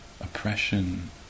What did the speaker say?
oppression